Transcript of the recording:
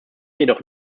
jedoch